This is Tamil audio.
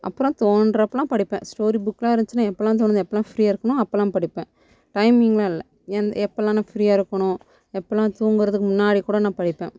அப்புறம் தோன்கிறப்பலாம் படிப்பேன் ஸ்டோரி புக்காக இருந்துச்சினா எப்போலாம் தோணுச்சோ எப்போலாம் ஃப்ரீயாக இருக்கனோ அப்போலாம் படிப்பேன் டைமிங்லாம் இல்லை எப்போலாம் நான் ஃப்ரீயாக இருக்கனோ எப்போலாம் தூங்குகிறதுக்கு முன்னாடி கூட நான் படிப்பேன்